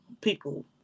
people